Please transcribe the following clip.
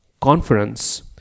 conference